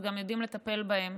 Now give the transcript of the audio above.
אז גם יודעים לטפל בהן.